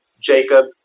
Jacob